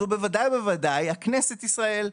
זו בוודאי ובוודאי כנסת ישראל,